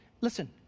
listen